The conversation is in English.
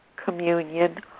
communion